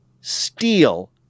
steal